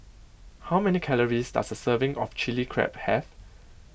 how many calories does a serving of Chilli Crab have